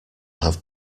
have